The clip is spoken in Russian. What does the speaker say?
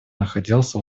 находился